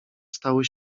stały